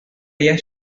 ella